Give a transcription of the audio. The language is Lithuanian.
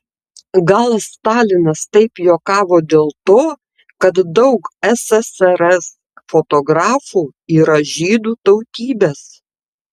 gal stalinas taip juokavo dėl to kad daug ssrs fotografų yra žydų tautybės